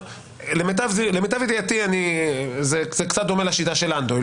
למיטב ידיעתי זה קצת דומה לשיטה של לנדוי.